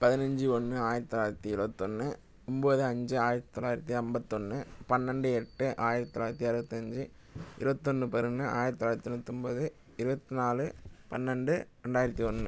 பதினஞ்சு ஒன்று ஆயிரத்தி தொள்ளாயிரத்தி இருவத்தொன்று ஒன்போது அஞ்சு ஆயிரத்தி தொள்ளாயிரத்தி ஐம்பத்தொன்னு பன்னெண்டு எட்டு ஆயிரத்தி தொள்ளாயிரத்தி அறுபத்தஞ்சி இருவத்தொன்று பதினொன்று ஆயிரத்தி தொள்ளாயிரத்தி தொண்ணூற்றி ஒன்போது இருவத்தினாலு பன்னெண்டு ரெண்டாயிரத்தி ஒன்று